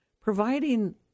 providing